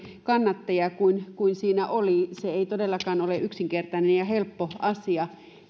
kannattajia kuin kuin siinä oli se ei todellakaan ole yksinkertainen ja helppo asia